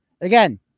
Again